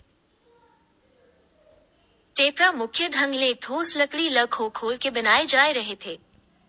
टेपरा मुख्य ढंग ले ठोस लकड़ी ल खोखोल के बनाय जाय रहिथे